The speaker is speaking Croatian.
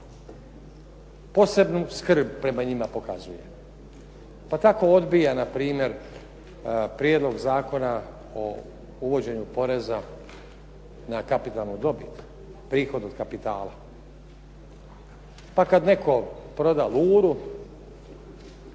Posebnu skrb prema njima pokazuje, pa tako odbija na primjer Prijedlog zakona o uvođenju poreza na kapitalnu dobit, prihod od kapitala. Pa kad netko proda Luru,